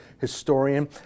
historian